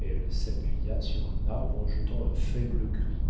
elle s'appuya sur un arbre en jetant un faible cri